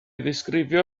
ddisgrifio